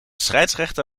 scheidsrechter